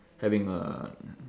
having a